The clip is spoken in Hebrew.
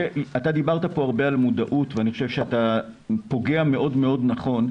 דיברת פה הרבה על מודעות ואני חושב שאתה פוגע מאוד נכון.